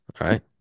right